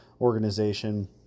organization